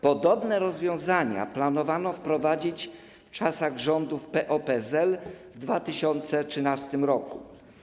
Podobne rozwiązania planowano wprowadzić w czasach rządów PO-PSL w 2013 r.